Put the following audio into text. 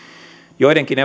joidenkin